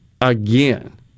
again